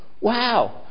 wow